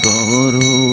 Guru